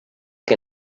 que